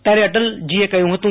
ત્યારે અટલ જીએ કહ્યું હતું